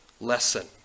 lesson